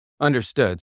Understood